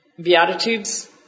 Beatitudes